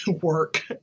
work